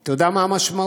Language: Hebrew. אתה יודע מה המשמעות?